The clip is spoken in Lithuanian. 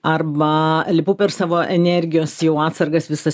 arba lipu per savo energijos jau atsargas visas